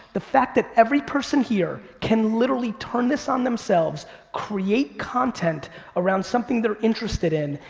the fact that every person here can literally turn this on themselves, create content around something they're interested in,